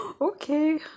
Okay